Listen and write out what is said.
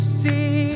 see